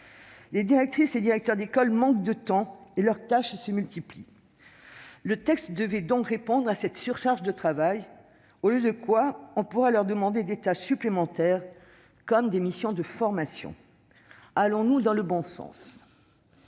Les directrices et directeurs d'école manquent de temps et leurs tâches se multiplient. Le texte devait répondre à cette surcharge de travail, au lieu de quoi il leur est demandé d'accomplir des tâches supplémentaires, comme celle de proposer des actions de formation. Allons-nous dans le bon sens ?